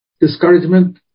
Discouragement